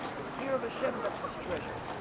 the fear of hashem, that's his treasure